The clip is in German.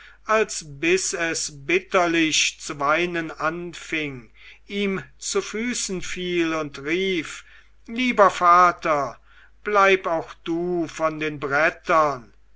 als bis es bitterlich zu weinen anfing ihm zu füßen fiel und rief lieber vater bleib auch du von den brettern